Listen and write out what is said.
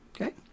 Okay